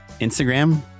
Instagram